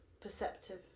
perceptive